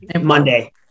Monday